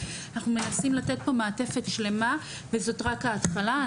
אנחנו מנסים לתת פה מעטפת שלה וזאת רק ההתחלה.